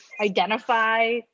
identify